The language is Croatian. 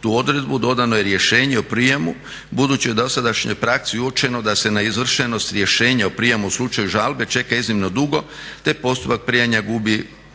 tu odredbu dodano je rješenje o prijemu budući je u dosadašnjoj praksi uočeno da se na izvršenost rješenja o prijemu u slučaju žalbe čeka iznimno dugo, te postupak prijema gubi smisao